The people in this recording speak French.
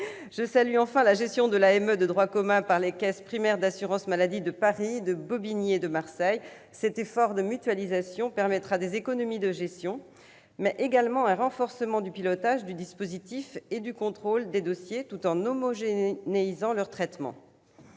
Je salue, enfin, la gestion de l'AME de droit commun par les caisses primaires d'assurance maladie de Paris, Bobigny et Marseille. Cet effort de mutualisation permettra des économies de gestion, mais également un renforcement du pilotage du dispositif et du contrôle des dossiers, tout en homogénéisant leur traitement.